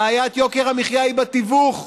בעיית יוקר המחיה היא בתיווך,